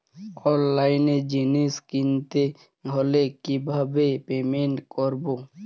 অনলাইনে জিনিস কিনতে হলে কিভাবে পেমেন্ট করবো?